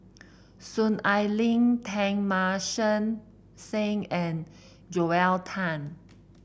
Soon Ai Ling Teng Mah Seng and Joel Tan